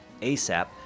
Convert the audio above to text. ASAP